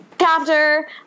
chapter